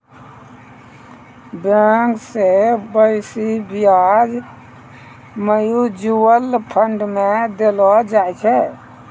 bank से बेसी ब्याज म्यूचुअल फंड मे देलो जाय छै